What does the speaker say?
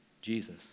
Jesus